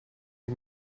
ich